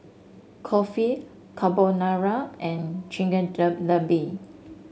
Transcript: Kulfi Carbonara and